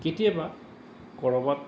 কেতিয়াবা কৰ'বাত